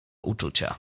uczucia